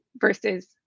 versus